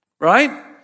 right